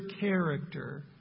character